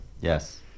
Yes